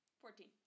Fourteen